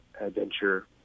adventure